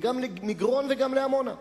למגרון ולעמונה.